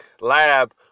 lab